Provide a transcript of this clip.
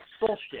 Bullshit